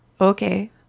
okay